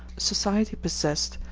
society possessed,